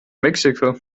mexiko